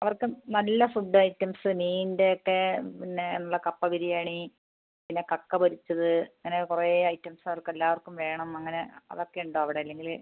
അവർക്ക് നല്ല food items മീനിന്റെയൊക്കെ പിന്നെ നല്ല കപ്പബിരിയാണി പിന്നെ കക്ക പൊരിച്ചത് അങ്ങനെ കുറേ ഐറ്റംസ് അവർക്കെല്ലാവർക്കും വേണം അങ്ങനെ അതൊക്കെയുണ്ടോ അവിടെ ഇല്ലെങ്കിൽ